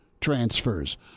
transfers